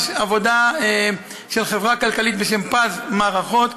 עבודה של חברה כלכלית בשם פז מערכות,